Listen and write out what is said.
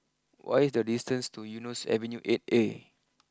what is the distance to Eunos Avenue eight A